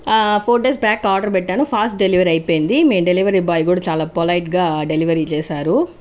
four days back order పెట్టాను fast delivery అయిపోయింది మీ డెలివరీ బాయ్ కూడా చాలా పొలైట్ గా డెలివరీ చేశారు